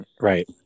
right